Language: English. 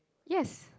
yes